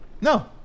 No